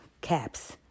caps